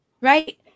right